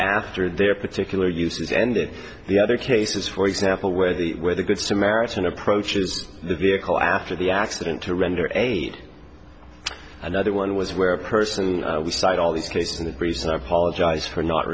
after their particular uses and the other cases for example where they where the good samaritan approaches the vehicle after the accident to render aid another one was where a person decide all these cases in the grease and i apologize for not